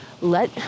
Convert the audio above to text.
let